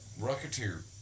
rocketeer